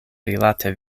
rilate